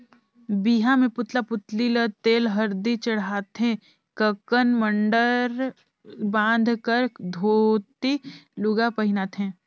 बिहा मे पुतला पुतली ल तेल हरदी चढ़ाथे ककन मडंर बांध कर धोती लूगा पहिनाथें